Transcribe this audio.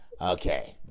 okay